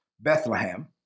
Bethlehem